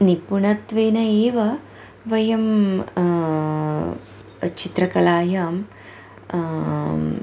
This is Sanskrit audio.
निपुणत्वेन एव वयं चित्रकलायां